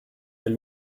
elle